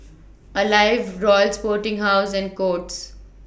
Alive Royal Sporting House and Courts